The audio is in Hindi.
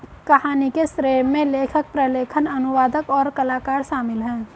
कहानी के श्रेय में लेखक, प्रलेखन, अनुवादक, और कलाकार शामिल हैं